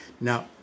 Now